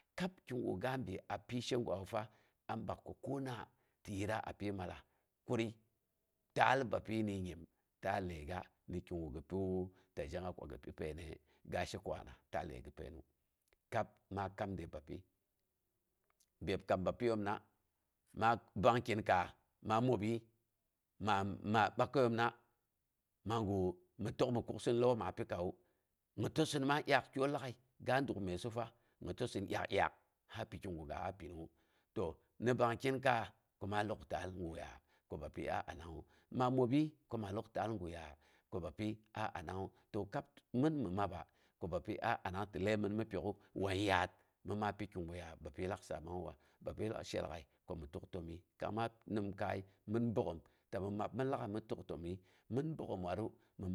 Kab kigu ga bi a pishe gwawu fa a bak ko kona ti yitra apyi mallas kwii, taal bapyi ni nyim. Taal ləiga, ti kigu gi piwu ta zhega ko gi pi painnə? Ga she kowana, taal laifa pain kab maa kamde bapyi myeb kam bapyiyoom na, ma ɓank yin kaas ma mobyii, maa maa bakayomna, maisu mi tək mi kuksin lauwa ma pikawu, gitosinma dyak təom lagai, ga duk myesu fa, gitosin dyaak dyaak, ka pikiguga a pinungngu. To ɓang kin kaas ko maa lok taal guya ko bapyi a anangngu məi mobyii ko ma lok taal guya bapyi a anangngu. To kaa min minn maba ko bapyi a anang ti ləimina mi pyok'u wan yaat ni maa kiguya bapyi lak saamangngu? Bapyi lak saamang, bapyi she lag'ai ko min tuk təmyi, kang ma nin kai min bogghom ko min tuk təmyiiya, tami mab min lagai mi tuk təmyii, min bogghom watru.